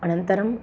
अनन्तरं